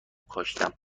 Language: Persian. کاشتم